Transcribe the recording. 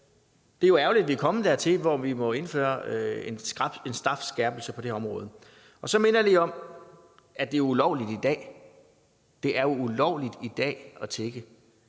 det er jo ærgerligt, at vi er kommet dertil, hvor vi må indføre en strafskærpelse på det her område. Så minder jeg lige om, at det er ulovligt i dag. Det er ulovligt i dag at tigge.